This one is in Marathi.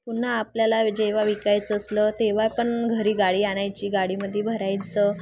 पुन्हा आपल्याला जेव्हा विकायचं असलं तेव्हा पण घरी गाडी आणायची गाडीमध्ये भरायचं